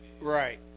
Right